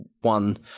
One